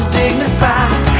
dignified